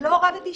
לא הורדתי.